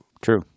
True